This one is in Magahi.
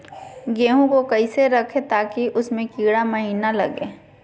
गेंहू को कैसे रखे ताकि उसमे कीड़ा महिना लगे?